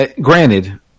Granted